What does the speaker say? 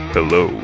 Hello